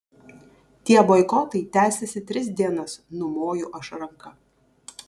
tie boikotai tęsiasi tris dienas numoju aš ranka